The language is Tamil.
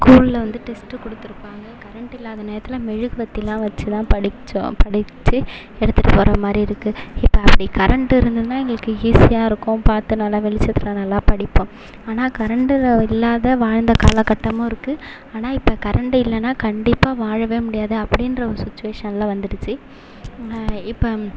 ஸ்கூலில் வந்து டெஸ்ட் கொடுத்து இருப்பாங்க கரெண்ட் இல்லாத நேரத்தில் மெழுகுபத்திலாம் வச்சு தான் படித்தோம் படித்து எடுத்துட்டு போகிற மாதிரி இருக்குது இப்போ அப்படி கரெண்ட்டு இருந்து இருந்தால் எங்களுக்கு ஈஸியாக இருக்கும் பார்த்து நல்லா வெளிச்சத்தில் நல்லா படிப்போம் ஆனால் கரெண்ட்டு இல்லாத வாழ்ந்த காலக்கட்டமும் இருக்குது ஆனால் இப்போ கரெண்ட்டு இல்லனால் கண்டிப்பாக வாழவே முடியாது அப்படின்ற ஒரு சுச்சுவேஷனில் வந்துடுச்சு இப்போ